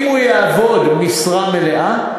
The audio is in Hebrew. אם הוא יעבוד משרה מלאה,